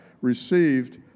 received